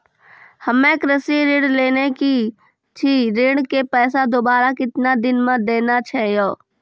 हम्मे कृषि ऋण लेने छी ऋण के पैसा दोबारा कितना दिन मे देना छै यो?